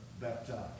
baptized